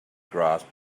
grasp